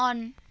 on